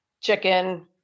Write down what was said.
chicken